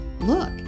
Look